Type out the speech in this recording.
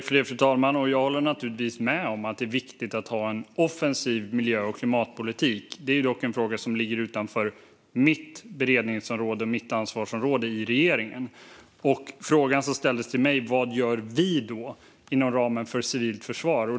Fru talman! Jag håller naturligtvis med om att det är viktigt att ha en offensiv miljö och klimatpolitik. Det är dock en fråga som ligger utanför mitt beredningsområde och ansvarsområde i regeringen. Jag fick frågan vad vi gör inom ramen för civilt försvar.